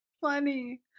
funny